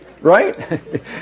Right